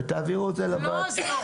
ותעבירו את זה לוועדה.